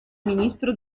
ministro